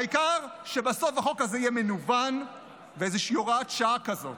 העיקר שבסוף החוק הזה יהיה מנוון באיזושהי הוראת שעה כזאת.